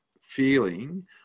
feeling